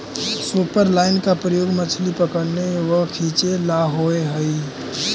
superline का प्रयोग मछली पकड़ने व खींचे ला होव हई